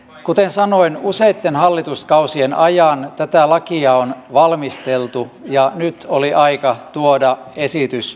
kuten sanoin useitten hallituskausien ajan tätä lakia on valmisteltu ja nyt oli aika tuoda esitys eduskuntaan